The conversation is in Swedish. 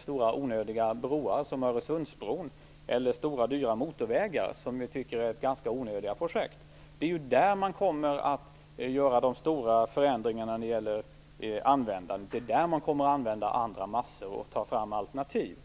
stora onödiga broar som Öresundsbron, eller stora dyra motorvägar, som vi tycker är ganska onödiga projekt. Det är där man kommer att göra de stora förändringarna när det gäller användandet. Det är där man kommer att använda andra massor och ta fram alternativ.